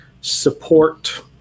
support